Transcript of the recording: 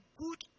good